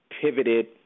pivoted